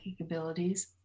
abilities